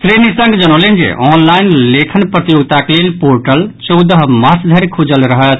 श्री निशंक जनौलनि जे ऑनलाईन लेखनक प्रतियोगिताक लेल पोर्टल चौदह मार्च धरि खुजल रहत